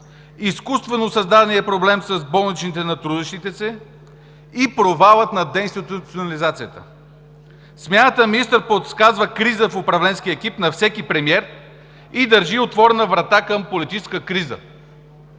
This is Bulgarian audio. изкуствено създаденият проблем с болничните на трудещите се и провалът на деинституционализацията. Смяната на министър подсказва криза в управленския екип на всеки премиер и държи отворена вратата към политическа криза.